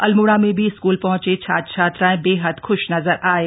अल्मोड़ा में भी स्कूल पहुंचे छात्र छात्राएं बेहद ख्श नजर आये